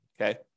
okay